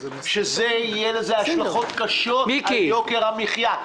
ויהיו לזה השלכות קשות על יוקר המחיה,